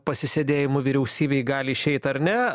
pasisėdėjimų vyriausybėj gali išeit ar ne